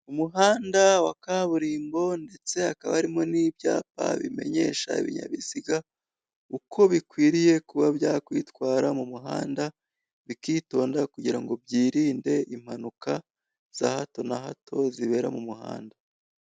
Umuhanda wa kaburimbo ndetse hakaba harimo n'ibyapa bimenyesha ibinyabiziga uko bikwiriye kuba byakwitwara mu muhanda, bikitonda kugira ngo byirinde impanuka za hato na hato zibera mu muhanda.